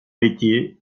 métiers